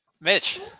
Mitch